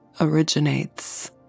originates